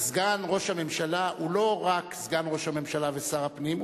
סגן ראש הממשלה הוא לא רק סגן ראש הממשלה ושר הפנים,